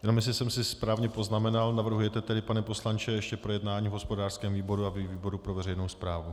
Jenom jestli jsem si správně poznamenal navrhujete tedy, pane poslanče, ještě projednání v hospodářském výboru a ve výboru pro veřejnou správu?